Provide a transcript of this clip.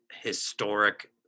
historic